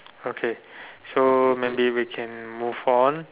okay so maybe we can move on